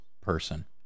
person